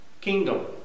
kingdom